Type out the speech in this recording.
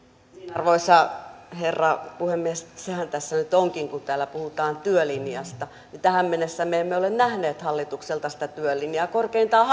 arvoisa herra puhemies sehän tässä nyt onkin että kun täällä puhutaan työlinjasta niin tähän mennessä me emme ole nähneet hallitukselta sitä työlinjaa korkeintaan